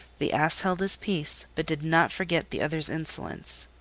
the ass held his peace, but did not forget the other's insolence.